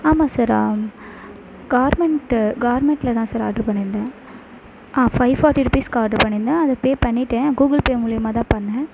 ஆமாம் சார் ஆம் கார்மெண்ட்டு கார்மெட்டில் தான் சார் ஆர்ட்ரு பண்ணியிருந்தேன் ஆ ஃபை ஃபார்ட்டி ருபீஸுக்கு ஆர்ட்ரு பண்ணியிருந்தேன் அது பே பண்ணிவிட்டேன் கூகுள்பே மூலியமா தான் பண்ணேன்